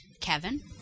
Kevin